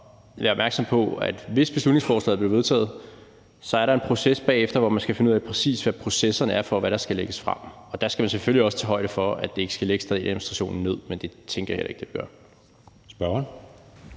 at være opmærksom på, at hvis beslutningsforslaget bliver vedtaget, så er der en proces bagefter, hvor man skal finde ud af, præcis hvad processerne for, hvad der skal lægges frem, er. Og der skal man selvfølgelig også tage højde for, at det ikke skal lægge centraladministrationen ned, men det tænker jeg heller ikke det gør. Kl.